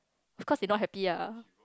cause they not happy lah